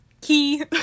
Key